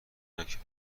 نکرد